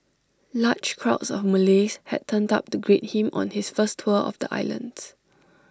large crowds of Malays had turned up to greet him on his first tour of the islands